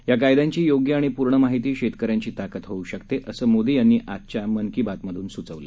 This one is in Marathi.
या कायद्यांची योग्य आणि पूर्ण माहिती शेतकऱ्यांची ताकद होऊ शकते असं मोदी यांनी आजच्या मन की बातमधून सुचवलं